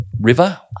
River